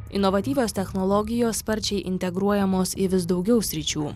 inovatyvios technologijos sparčiai integruojamos į vis daugiau sričių